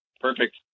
Perfect